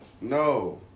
No